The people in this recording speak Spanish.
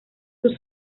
sus